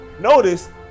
Notice